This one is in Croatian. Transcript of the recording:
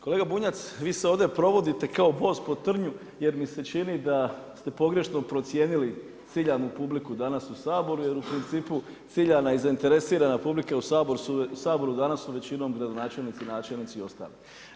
Kolega Bunjac vi se ovdje provodite kao bos po trnju jer mi se čini da ste pogrešno procijenili ciljanu publiku danas u Saboru jer u principu ciljana i zainteresirana publika u Saboru danas su većinom gradonačelnici, načelnici i ostali.